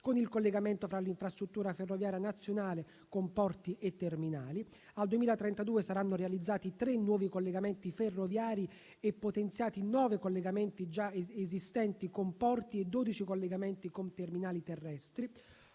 con il collegamento tra l'infrastruttura ferroviaria nazionale con porti e terminali. Al 2032 saranno realizzati tre nuovi collegamenti ferroviari e potenziati nove collegamenti già esistenti con porti e dodici collegamenti con terminali terrestri;